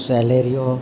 Celerio